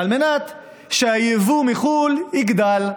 על מנת שהיבוא מחו"ל יגדל.